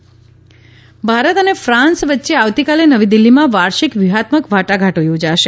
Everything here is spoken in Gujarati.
ભારત ફાંસ ભારત અને ફાંસ વચ્ચે આવતીકાલે નવી દિલ્ફીમાં વાર્ષિક વ્યૂહાત્મક વાટાઘાટો યોજાશે